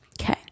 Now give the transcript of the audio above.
okay